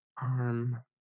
arm